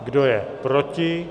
Kdo je proti?